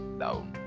down